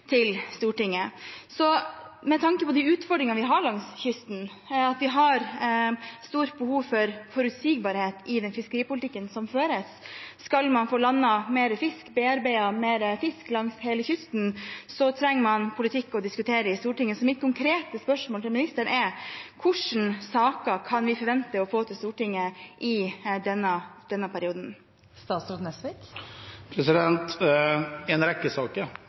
til Stortinget. Med tanke på de utfordringene vi har langs kysten, har vi et stort behov for forutsigbarhet i fiskeripolitikken som føres. Skal man få landet mer fisk og bearbeidet mer fisk langs hele kysten, trenger man politikk å diskutere i Stortinget. Så mitt konkrete spørsmål til ministeren er: Hvilke saker kan vi forvente å få til Stortinget i denne perioden? Man kan forvente å få en rekke saker,